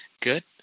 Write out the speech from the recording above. good